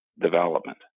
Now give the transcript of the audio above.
development